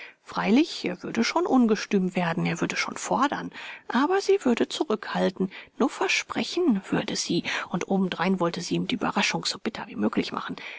freilich er würde schon ungestüm werden er würde schon fordern aber sie würde zurückhalten nur versprechen würde sie und obendrein wollte sie ihm die ueberraschung so bitter wie möglich machen